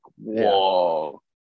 whoa